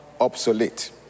obsolete